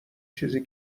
چیزی